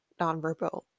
nonverbal